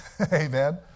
Amen